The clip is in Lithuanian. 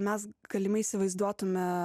mes galimai įsivaizduotume